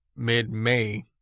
mid-May